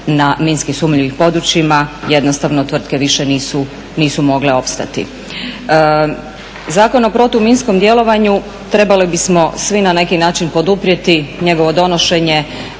na minski sumnjivim područjima, jednostavno tvrtke više nisu mogle opstati. Zakon o protuminskom djelovanju trebali bismo svi na neki način poduprijeti njegovo donošenje